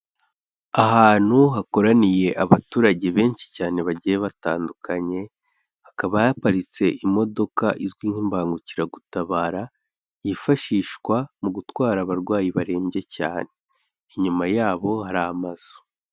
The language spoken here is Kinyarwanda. Ahantu hakoraniye abaturage benshi cyane bagiye batandukanye, hakaba haparitse imodoka izwi nk'imbangukiragutabara yifashishwa mu gutwara abarwayi barembye cyane, inyuma yabo hari amazu.